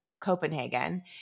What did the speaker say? Copenhagen